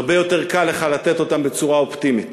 הרבה יותר קל לך לתת אותן בצורה אופטימית.